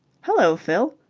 hullo, fill.